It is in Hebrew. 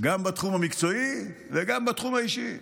גם בתחום המקצועי וגם בתחום האישי.